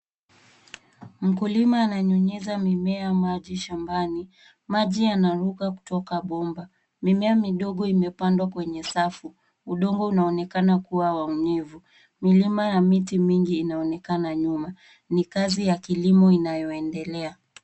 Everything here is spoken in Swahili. Mkulima ananyunyiza mimea maji shambani. Maji yanaruka kutoka bomba. Mimea midogo imepandwa kwenye safu. Udongo unaonekana kuwa wa unyevu. Milima ya miti mingi inaonekana nyuma. Ni kazi ya kilimo inayoendelea.